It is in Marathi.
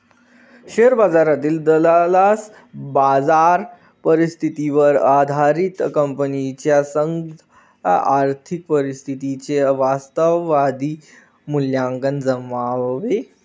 शेअर बाजारातील दलालास बाजार परिस्थितीवर आधारित कंपनीच्या सद्य आर्थिक परिस्थितीचे वास्तववादी मूल्यांकन जमावे